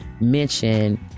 mention